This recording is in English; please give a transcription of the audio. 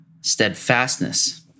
steadfastness